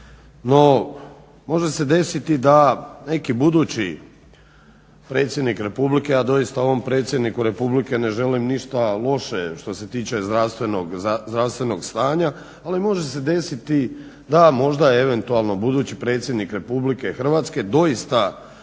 No može se desiti da neki budući predsjednik Republike a doista ovom predsjedniku Republike ne želim ništa loše što se tiče zdravstvenog stanja, ali može se desiti da možda eventualno budući predsjednik RH doista dođe